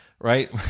right